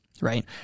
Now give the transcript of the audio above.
Right